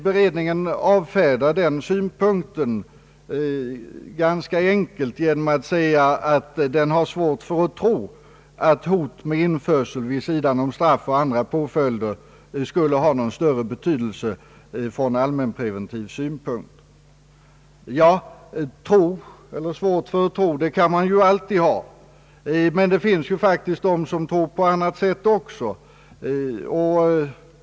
Beredningen avfärdar den synpunkten ganska enkelt genom att säga att lagberedningen har svårt att tro att hotet om införsel vid sidan av straff och andra påföljder skulle ha någon större betydelse från allmänpreventiv synpunkt. Svårt för att tro, det kan man ju alltid ha, men det finns ju faktiskt personer som tror på annat sätt också.